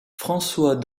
françois